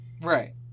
Right